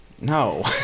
No